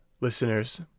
listeners